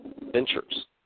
ventures